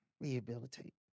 rehabilitate